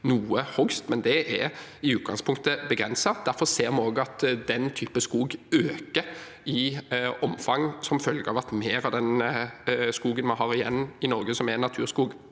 noe hogst, men det er i utgangspunktet begrenset. Derfor ser vi også at den typen skog øker i omfang, som følge av at mer av den skogen vi har igjen i Norge som er naturskog,